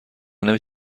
نمی